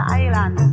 island